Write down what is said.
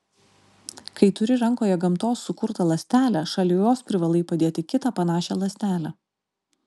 kai turi rankoje gamtos sukurtą ląstelę šalia jos privalai padėti kitą panašią ląstelę